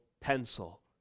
pencil